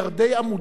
אם היה,